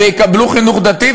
ויקבלו חינוך דתי,